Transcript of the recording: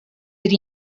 per